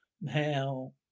now